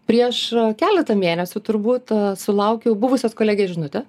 prieš keletą mėnesių turbūt sulaukiau buvusios kolegės žinutės